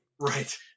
right